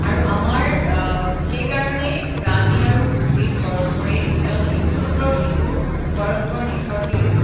আৰু আমাৰ সেইকাৰণেই প্ৰাণী আৰু উদ্ভিদ পৰস্পৰেই ইজন ইটোৰ ওপৰত সিটো পৰস্পৰ নিৰ্ভৰশীল